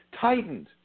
tightened